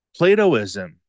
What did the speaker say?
Platoism